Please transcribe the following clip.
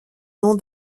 nom